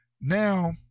now